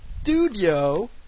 studio